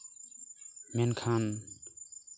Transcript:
ᱢᱮᱱᱠᱷᱟᱱ